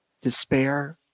despair